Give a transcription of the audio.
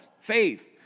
faith